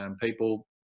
people